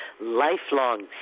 lifelong